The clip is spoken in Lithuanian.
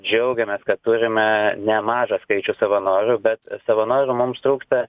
džiaugiamės kad turime nemažą skaičių savanorių bet savanorių mums trūksta